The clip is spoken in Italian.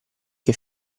che